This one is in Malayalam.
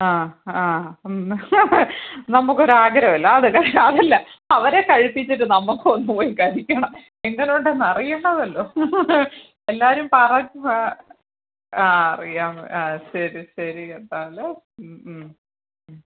ആ ആ നമുക്കൊരു ആഗ്രഹം അല്ലേ അതെ അതെല്ലാം അവരെ കഴിപ്പിച്ചിട്ട് നമുക്കൊന്നു പോയി കഴിക്കണം എങ്ങനെയുണ്ടെന്ന് അറിയണവല്ലോ എല്ലാവരും പറ ആ ആ അറിയാം ആ ശരി ശരി എന്നാൽ